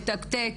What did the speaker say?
מתקתק.